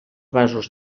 vasos